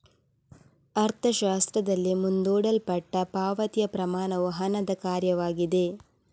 ಅರ್ಥಶಾಸ್ತ್ರದಲ್ಲಿ, ಮುಂದೂಡಲ್ಪಟ್ಟ ಪಾವತಿಯ ಪ್ರಮಾಣವು ಹಣದ ಕಾರ್ಯವಾಗಿದೆ